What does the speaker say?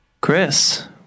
chris